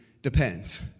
depends